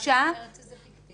למה את אומרת שזה פיקטיבי?